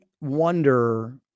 wonder